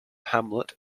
hamlet